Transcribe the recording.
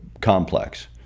complex